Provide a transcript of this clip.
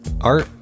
Art